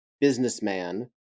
businessman